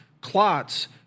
clots